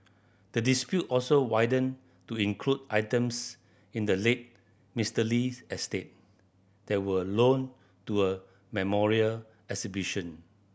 the dispute also widened to include items in the late Mister Lee's estate that were loaned to a memorial exhibition